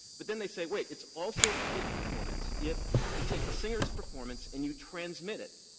but then they say, wait, it's also a public performance if you take the singer's performance and you transmit it,